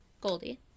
goldie